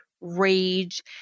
rage